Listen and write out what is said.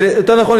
ויותר נכון,